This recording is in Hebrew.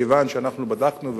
מכיוון שאנחנו בדקנו,